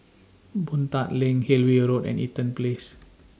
Boon Tat LINK Hillview Road and Eaton Place